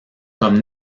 comme